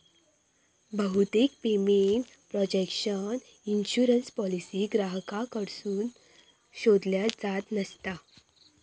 बहुतेक payment protection insurance policy ग्राहकांकडसून शोधल्यो जात नसता